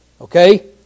Okay